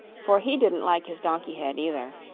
for he didn't like his donkey head, either.